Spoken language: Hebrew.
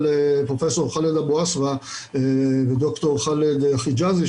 פרופ' ח'אלד אבו עסבה וד"ר ח'אלד חיג'אזי,